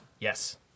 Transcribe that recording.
Yes